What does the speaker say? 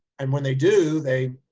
and when they do, they,